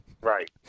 right